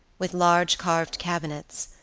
with large carved cabinets,